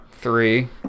three